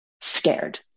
scared